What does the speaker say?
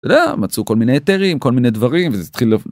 את יודע... מצאו כל מיני היתרים, כל מיני דברים, וזה התחיל להיות...